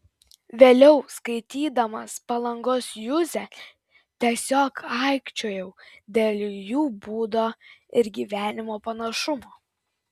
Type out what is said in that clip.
vėliau skaitydamas palangos juzę tiesiog aikčiojau dėl jų būdo ir gyvenimo panašumo